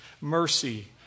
mercy